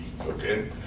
okay